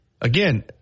Again